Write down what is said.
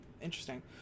interesting